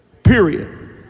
Period